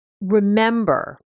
remember